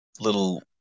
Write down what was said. little